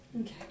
Okay